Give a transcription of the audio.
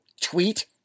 tweet